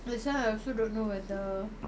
that's why I also don't know whether